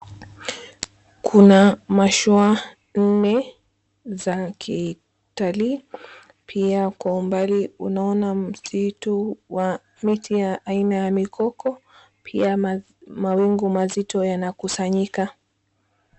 Kuna mashua nne za kitalii. Pia kwa umbali unaona msitu wa miti aina ya mikoko, pia mawingu mazito yanakusanyika.